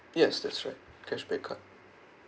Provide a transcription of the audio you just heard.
yes that's right cashback card